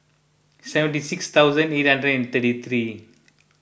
seventy six thousand eight hundred and thirty three